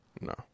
No